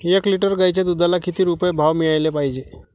एक लिटर गाईच्या दुधाला किती रुपये भाव मिळायले पाहिजे?